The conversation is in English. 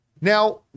Now